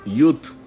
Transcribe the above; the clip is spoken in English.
Youth